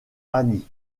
annie